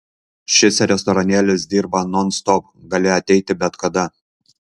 šis restoranėlis dirba nonstop gali ateiti bet kada